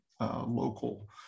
local